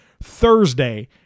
Thursday